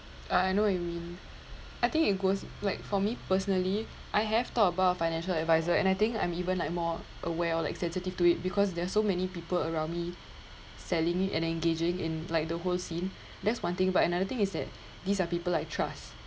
I I know what you mean I think it goes like for me personally I have thought about financial adviser and I think I'm even like more aware or like sensitive to it because there are so many people around me selling it and engaging in like the whole scene that's one thing but another thing is that these are people I trust